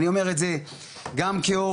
אני אומר את זה גם כהורה,